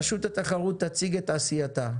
רשות התחרות תציג את עשייתה,